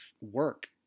work